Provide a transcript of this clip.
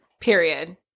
period